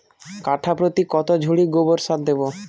কাঠাপ্রতি কত ঝুড়ি গোবর সার দেবো?